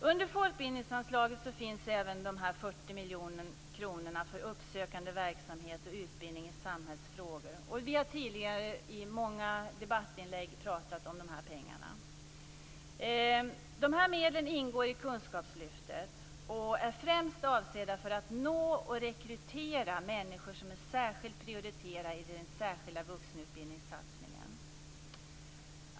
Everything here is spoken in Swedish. Under folkbildningsanslaget finns även 40 miljoner kronor för uppsökande verksamhet och utbildning i samhällsfrågor. Vi har tidigare i många debattinlägg pratat om dessa pengar. Dessa medel ingår i kunskapslyftet är främst avsedda för att nå och rekrytera människor som är särskilt prioriterade i den särskilda vuxenutbildningssatsningen.